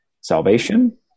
salvation